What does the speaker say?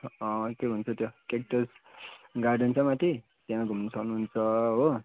के भन्छ त्यो क्याक्टस गार्डन छ माथि त्यहाँ घुम्न सक्नुहुन्छ हो